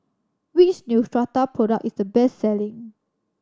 which Neostrata product is the best selling